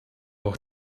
auch